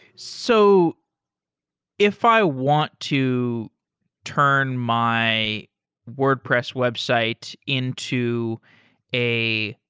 so if i want to turn my wordpress website into a